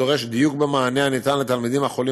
הדורש דיוק במענה הניתן לתלמידים החולים